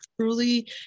truly